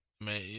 man